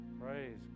Praise